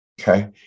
Okay